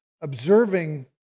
observing